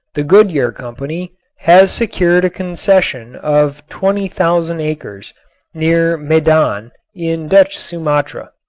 the goodyear company has secured a concession of twenty thousand acres near medan in dutch sumatra.